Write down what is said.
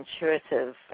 intuitive